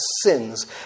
sins